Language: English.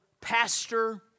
pastor